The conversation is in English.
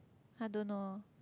I don't know